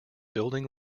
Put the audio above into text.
building